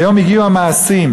היום הגיעו המעשים.